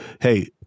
hey